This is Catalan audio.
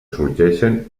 sorgeixen